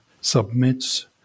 submits